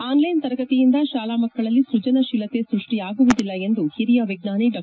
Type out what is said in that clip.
online ತರಗತಿಯಿಂದ ಶಾಲಾ ಮಕ್ಕಳಲ್ಲಿ ಸೃಜನಶೀಲತೆ ಸೃಷ್ಟಿಯಾಗುವುದಿಲ್ಲ ಎಂದು ಹಿರಿಯ ವಿಜ್ಞಾನಿ ಡಾ